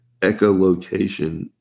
echolocation